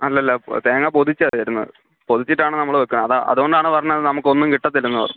അല്ല അല്ല പൊ തേങ്ങ പൊതിച്ചാണ് തരുന്നത് പൊതിച്ചിട്ടാണ് നമ്മൾ വെക്കുന്നത് അതാണ് അതുകൊണ്ടാണ് പറഞ്ഞത് നമുക്ക് ഒന്നും കിട്ടത്തില്ലെന്ന് പറഞ്ഞ